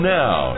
now